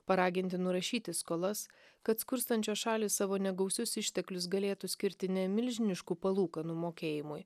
paraginti nurašyti skolas kad skurstančios šalys savo negausius išteklius galėtų skirti ne milžiniškų palūkanų mokėjimui